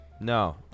No